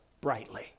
brightly